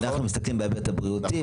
אנחנו מסתכלים בהיבט הבריאותי.